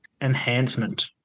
enhancement